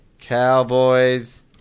Cowboys